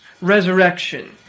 resurrection